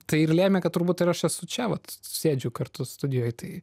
tai ir lėmė kad turbūt ir aš esu čia vat sėdžiu kartu studijoj tai